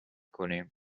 کنیم